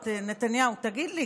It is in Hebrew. את נתניהו: תגיד לי,